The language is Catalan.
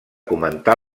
comentar